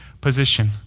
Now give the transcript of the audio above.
position